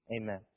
Amen